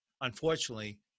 unfortunately